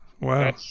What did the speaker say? Wow